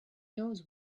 knows